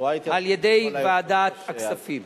על-ידי ועדת הכספים.